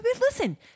listen